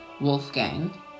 Wolfgang